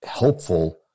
helpful